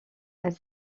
elle